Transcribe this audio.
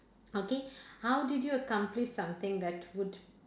okay how did you accomplished something that would